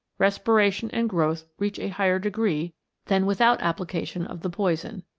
respiration and growth reach a higher degree than without application of the poison.